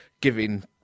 giving